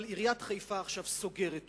אבל עיריית חיפה עכשיו סוגרת אותם.